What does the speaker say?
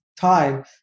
time